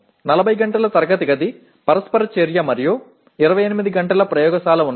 40 గంటల తరగతి గది పరస్పర చర్య మరియు 28 గంటల ప్రయోగశాల ఉన్నాయి